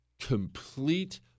complete